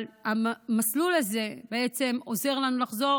אבל המסלול הזה בעצם עוזר להם לחזור